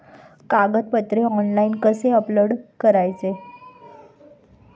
कागदपत्रे ऑनलाइन कसे अपलोड करायचे?